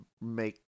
make